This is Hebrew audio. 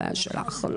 בעיה שלך.